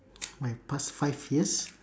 my past five years